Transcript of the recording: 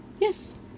Yes